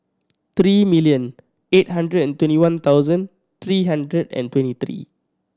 three million eight hundred and twenty one thousand three hundred and twenty three